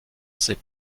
ses